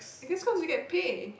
but that's cause you get pay